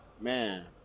Man